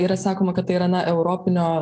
yra sakoma kad tai yra na europinio